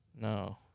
No